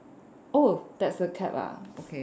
oh that's a cap ah okay